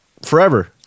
forever